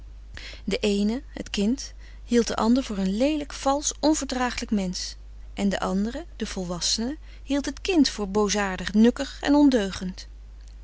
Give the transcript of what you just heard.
de eene het kind hield de ander voor een leelijk valsch onverdragelijk mensch en de andere de volwassene hield het kind voor boosaardig nukkig en ondeugend